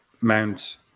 mount